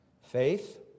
Faith